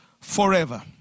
forever